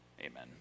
Amen